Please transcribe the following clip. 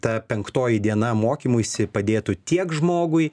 ta penktoji diena mokymuisi padėtų tiek žmogui